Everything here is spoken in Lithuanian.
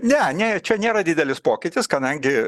ne ne čia nėra didelis pokytis kadangi